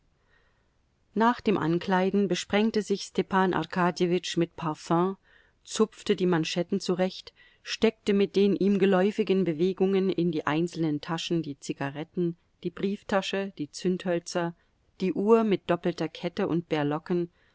nach dem ankleiden besprengte sich stepan arkadjewitsch mit parfüm zupfte die manschetten zurecht steckte mit den ihm geläufigen bewegungen in die einzelnen taschen die zigaretten die brieftasche die zündhölzer die uhr mit doppelter kette und berlocken